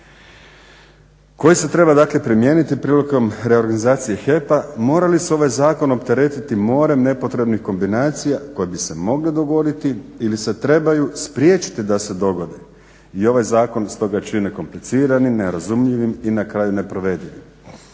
koji se treba dakle primijeniti prilikom reorganizacije HEP-a morali su ovaj zakon opteretiti morem nepotrebnih kombinacija koje bi se mogle dogoditi ili se trebaju spriječiti da se dogode. I ovaj zakon stoga čine kompliciranim, nerazumljivim i na kraju neprovedivim.